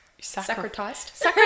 sacrificed